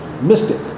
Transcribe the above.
Mystic